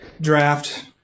draft